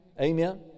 Amen